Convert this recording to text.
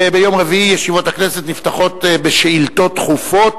ביום רביעי ישיבות הכנסת נפתחות בשאילתות דחופות.